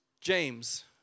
James